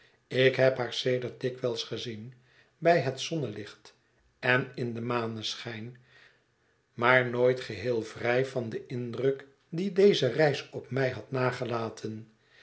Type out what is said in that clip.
ik heb haar sedert dikwijls gezien bij het zonnelicht en in den maneschijn maar nooit geheel vrij van den indruk dien deze reis op mij had nagelaten